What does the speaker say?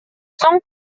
соң